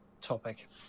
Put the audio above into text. topic